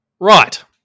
Right